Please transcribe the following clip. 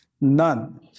None